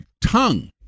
tongue